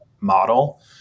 model